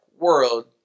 world